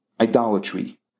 idolatry